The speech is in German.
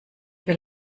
will